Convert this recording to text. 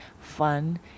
fun